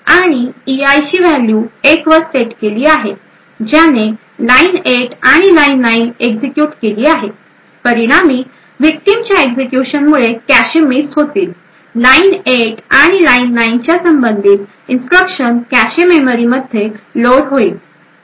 आणि EI ची value एक वर सेट केली आहे ज्याने लाइन 8 आणि लाइन 9 एक्झिक्युट केली आहे परिणामी विक्टिम च्या एक्झिक्युशन मुळे कॅशे मिस होतील लाईन 8 आणि लाईन 9 च्या संबंधित इन्स्ट्रक्शन कॅशे मेमरीमध्ये लोड होईल